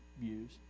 views